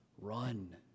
run